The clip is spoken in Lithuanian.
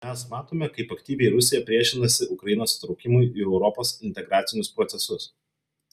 mes matome kaip aktyviai rusija priešinasi ukrainos įtraukimui į europos integracinius procesus